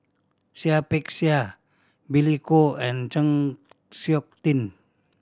Seah Peck Seah Billy Koh and Chng Seok Tin